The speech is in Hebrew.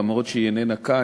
אף-על-פי שהיא איננה כאן,